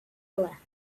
are